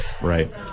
Right